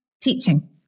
teaching